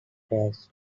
pays